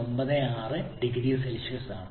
96 0C ആണ്